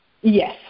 Yes